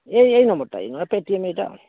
ଏଇ ଏଇ ନମ୍ବର୍ ଟା ଏଇ ନମ୍ବର୍ ଟା ପେଟିଏମ୍ ଏଇଟା